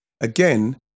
again